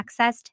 accessed